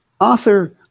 Author